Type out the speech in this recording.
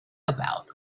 about